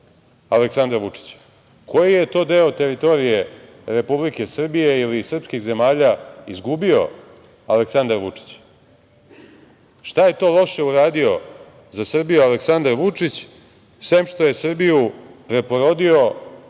Aleksandra Vučića? Koji je to deo teritorije Republike Srbije ili srpskih zemalja izgubio Aleksandar Vučić? Šta je to loše uradio za Srbiju Aleksandar Vučić, sem što je Srbiju preporodio